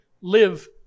live